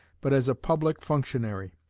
but as a public functionary